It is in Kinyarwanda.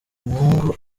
umuhungu